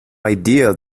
idea